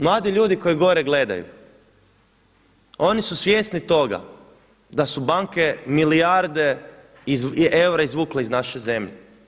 Mladi ljudi koji gore gledaju oni su svjesni toga da su banke milijarde eura izvukle iz naše zemlje.